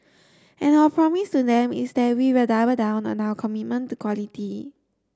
and our promise to them is that we will double down on our commitment to quality